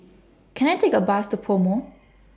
Can I Take A Bus to Pomo